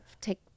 take